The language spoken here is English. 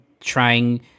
trying